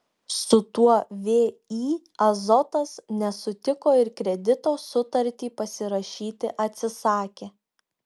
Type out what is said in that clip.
su tuo vį azotas nesutiko ir kredito sutartį pasirašyti atsisakė